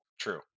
true